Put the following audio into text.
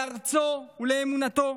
לארצו ולאמונתו.